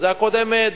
זה הקודמת,